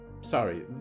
Sorry